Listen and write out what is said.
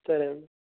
సరే అండీ